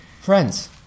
friends